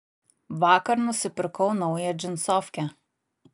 vakar nusipirkau naują džinsofkę